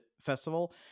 festival